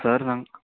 sir ഞങ്ങള്ക്ക്